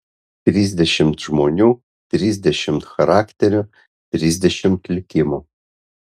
trisdešimt žmonių trisdešimt charakterių trisdešimt likimų